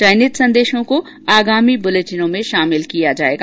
चयनित संदेशों को आगामी बुलेटिनों में शामिल किया जाएगा